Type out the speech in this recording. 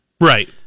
Right